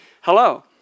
Hello